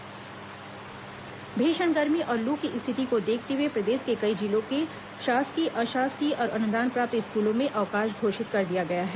भीषण गर्मी स्कूल अवकाश भीषण गर्मी और लू की स्थिति को देखते हुए प्रदेश के कई जिलों के शासकीय अशासकीय और अनुदान प्राप्त स्कूलों में अवकाश घोषित कर दिया गया है